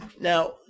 Now